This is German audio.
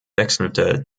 wechselte